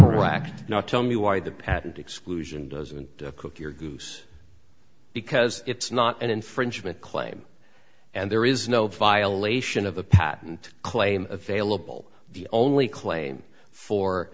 act not tell me why the patent exclusion doesn't cook your goose because it's not an infringement claim and there is no violation of the patent claim available the only claim for